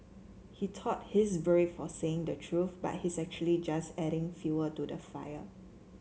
he thought he's brave for saying the truth but he's actually just adding fuel to the fire